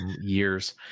years